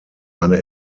eine